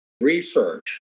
research